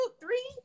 three